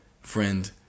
Friend